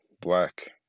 black